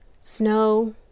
Snow